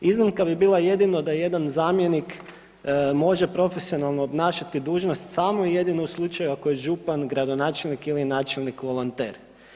Iznimka bi bila jedino da jedan zamjenik može profesionalno obnašati dužnost samo i jedino u slučaju ako je župan gradonačelnik ili načelnik volonter.